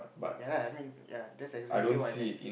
yea I mean yea that's exactly what I mean